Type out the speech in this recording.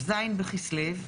כ"ז בכסלו,